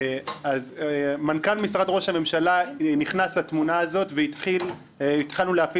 אז מנכ"ל משרד ראש הממשלה נכנס לתמונה הזאת והתחלנו להפעיל